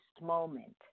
moment